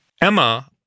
Emma